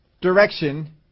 direction